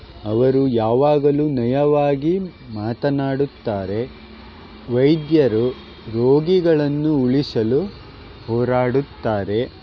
ಅವರು ಯಾವಾಗಲೂ ನಯವಾಗಿ ಮಾತನಾಡುತ್ತಾರೆ ವೈದ್ಯರು ರೋಗಿಗಳನ್ನು ಉಳಿಸಲು ಹೋರಾಡುತ್ತಾರೆ